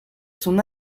son